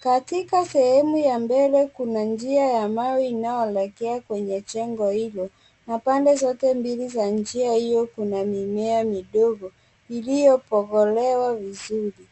Katika sehemu ya mbele kuna njia ya mawe inayoelekea kwenye jengo hilo na pande zote mbili za njia hiyo kuna mimea midogo iliyopogolewa vizuri.